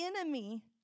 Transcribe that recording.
enemy